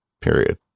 period